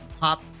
Pop